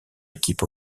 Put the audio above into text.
équipe